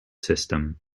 system